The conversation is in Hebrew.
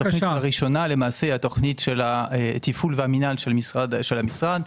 התוכנית הראשונה, התפעול והמינהל של המשרד,